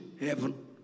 heaven